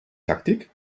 taktik